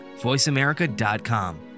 voiceamerica.com